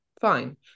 Fine